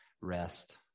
rest